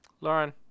Lauren